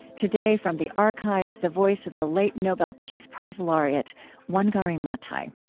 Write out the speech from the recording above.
today from the archives, the voice of the late nobel peace prize laureate wangari maathai.